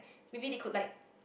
maybe they could like